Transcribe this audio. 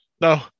no